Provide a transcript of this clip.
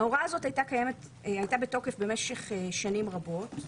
ההוראה הזאת הייתה בתוקף במשך שנים רבות.